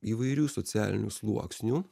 įvairių socialinių sluoksnių